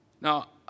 Now